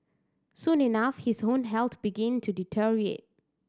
soon enough his own health began to deteriorate